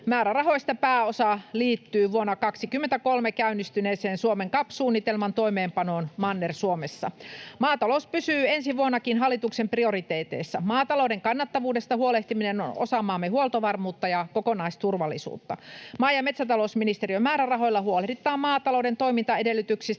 Määrärahoista pääosa liittyy vuonna 23 käynnistyneeseen Suomen CAP-suunnitelman toimeenpanoon Manner-Suomessa. Maatalous pysyy ensi vuonnakin hallituksen prioriteeteissa. Maatalouden kannattavuudesta huolehtiminen on osa maamme huoltovarmuutta ja kokonaisturvallisuutta. Maa- ja metsätalousministeriön määrärahoilla huolehditaan maatalouden toimintaedellytyksistä